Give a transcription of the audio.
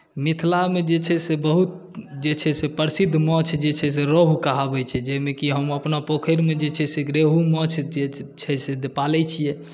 मिथिलामे जे छै से बहुत जे छै से प्रसिद्ध माछ जे छै से रोहु कहाबैत छै जाहिमे कि हम अपना पोखरिमे जे छै से रोहु माछ जे छै से पालैत छियै